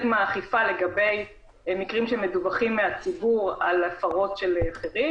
מהאכיפה לגבי מקרים שמדווחים מהציבור על הפרות של אחרים.